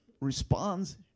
responds